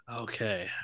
okay